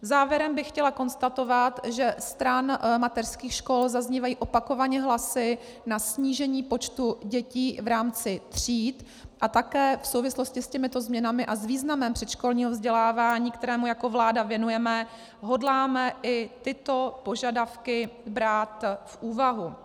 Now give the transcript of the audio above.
Závěrem bych chtěla konstatovat, že stran mateřských škol zaznívají opakovaně hlasy na snížení počtu dětí v rámci tříd, a také v souvislosti s těmito změnami a s významem předškolního vzdělávání, kterému jako vláda věnujeme, hodláme i tyto požadavky brát v úvahu.